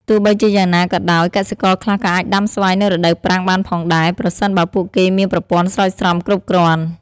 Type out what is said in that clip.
ទោះបីជាយ៉ាងណាក៏ដោយ កសិករខ្លះក៏អាចដាំស្វាយនៅរដូវប្រាំងបានផងដែរ ប្រសិនបើពួកគេមានប្រព័ន្ធស្រោចស្រពគ្រប់គ្រាន់។